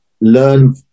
learn